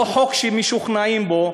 לא חוק שמשוכנעים בו,